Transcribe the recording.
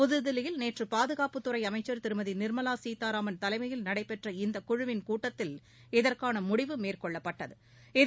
புத்தில்லியில் நேற்றுபாதுகாப்பு துறைஅமைச்சர் திருமதிநிமலாசீதாராமன் தலைமையில் நடைபெற்ற இந்தகுழுவின் கூட்டத்தில் இதற்கானமுடிவு மேற்கொள்ளப்பட்டது